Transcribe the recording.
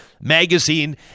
Magazine